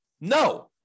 No